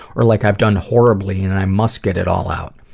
or like i've done horribly and i must get it all out.